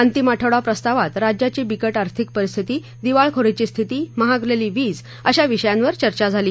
अंतिम आठवडा प्रस्तावात राज्याची बिकट आर्थिक परिस्थिती दिवाळखोरीची स्थिती महागलेली वीज अशा विषयांवर चर्चा झाली